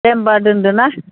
दे होनबा दोनदोना